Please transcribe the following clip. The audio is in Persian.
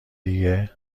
دیگه